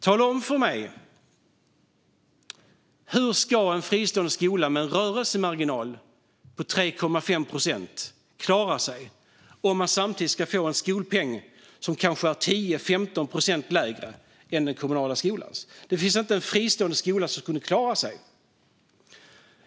Tala om för mig hur en fristående skola med en rörelsemarginal på 3,5 procent ska klara sig om den samtidigt ska få en skolpeng som kanske är 10-15 procent lägre än den kommunala skolans? Det finns inte en fristående skola som skulle klara sig.